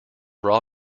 raw